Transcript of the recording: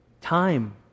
time